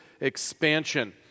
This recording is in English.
expansion